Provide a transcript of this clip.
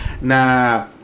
na